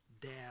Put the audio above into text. dad